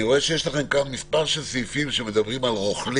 אני רואה שיש לכם כאן מספר סעיפים שעוסקים ברוכלים.